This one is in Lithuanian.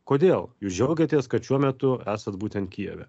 kodėl jūs džiaugiatės kad šiuo metu esat būtent kijeve